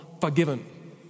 forgiven